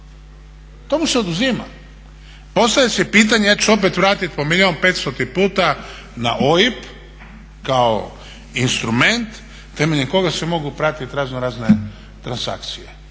To mu se oduzima. Postavlja se pitanje, ja ću se opet vratit po milijun petstoti puta na OIB kao instrument temeljem koga se mogu pratit raznorazne transakcije.